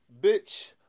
Bitch